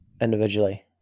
individually